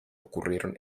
ocurrieron